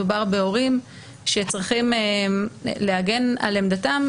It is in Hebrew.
מדובר בהורים שצריכים להגן על עמדתם,